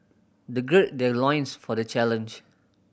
they gird their loins for the challenge